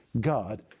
God